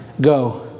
Go